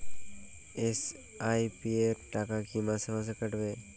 SIP র টাকা কী মাসে মাসে কাটবে?